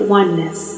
oneness